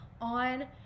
on